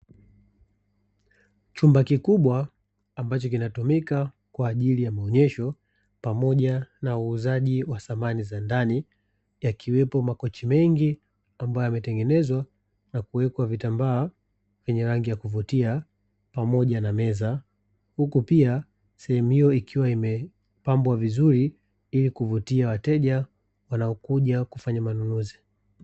Chumba kikubwa ambacho kinatumika kwa ajili ya maonyesho pamoja na uuzaji wa samani za ndani, yakiwepo makochi mengi ambayo yametengenezwa na kuwekwa vitambaa vyenye rangi ya kuvutia, pamoja na meza; huku pia sehemu hiyo ikiwa imepambwa vizuri ili kuvutia wateja wanaokuja kufanya manunuzi.